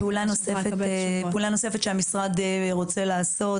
פעולה נוספת שהמשרד רוצה לעשות,